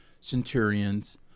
centurions